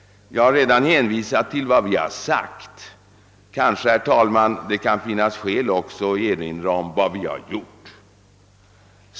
Jag har redan hänvisat till vad vi har sagt. Kanske kan det, herr talman, också finnas skäl att erinra om vad vi har gjort.